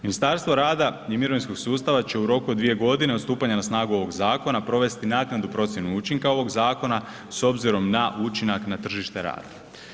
Ministarstvo rada i mirovinskog sustava će u roku od 2.g. od stupanja na snagu ovog zakona provesti naknadnu procjenu učinka ovog zakona s obzirom na učinak na tržište rada.